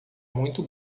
muito